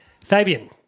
Fabian